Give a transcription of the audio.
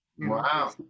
wow